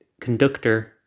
conductor